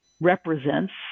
represents